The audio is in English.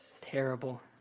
terrible